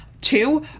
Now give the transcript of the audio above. Two